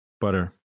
butter